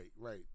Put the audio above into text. right